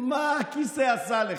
מה הכיסא עשה לך.